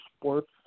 Sports